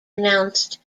announced